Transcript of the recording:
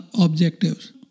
objectives